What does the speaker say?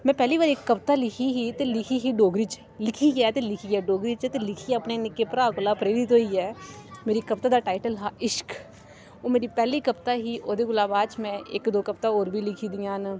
मैं पैह्ली बारी इक कविता लिखी ही ते लिखी ही डोगरी च लिखी गै ते लिखियै डोगरी च ते लिखी ऐ अपने निक्के भ्राऽ कोला प्रेरित होइयै मेरी कविता दा टाइटल हा इश्क ओह् मेरी पैह्ली कविता ही ओह्दे कोला बाद च मैं इक दो कविता होर बी लिखी दियां न